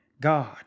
God